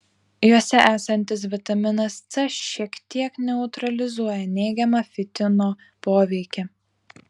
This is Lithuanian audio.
juose esantis vitaminas c šiek tiek neutralizuoja neigiamą fitino poveikį